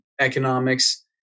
economics